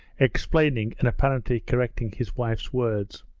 explaining and apparently correcting his wife's words.